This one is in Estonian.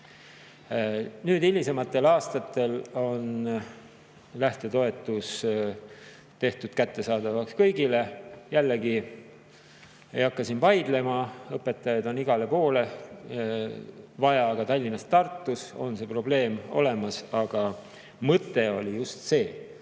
Hilisematel aastatel on lähtetoetus tehtud kättesaadavaks kõigile. Jällegi, ei hakka siin vaidlema, õpetajaid on igale poole vaja, ka Tallinnas ja Tartus on see probleem olemas, aga mõte oli see,